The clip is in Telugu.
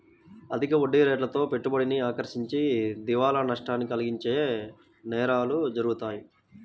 అధిక వడ్డీరేట్లతో పెట్టుబడిని ఆకర్షించి దివాలా నష్టాన్ని కలిగించే నేరాలు జరుగుతాయి